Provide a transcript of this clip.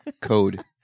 Code